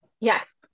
yes